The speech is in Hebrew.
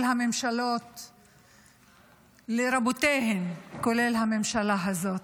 של הממשלות לרבותיהן, כולל הממשלה הזאת.